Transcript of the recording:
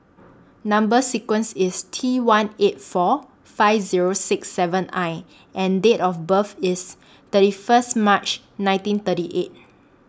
Number sequence IS T one eight four five Zero six seven I and Date of birth IS thirty First March nineteen thirty eight